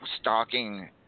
stalking